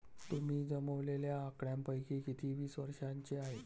तुम्ही जमवलेल्या आकड्यांपैकी किती वीस वर्षांचे आहेत?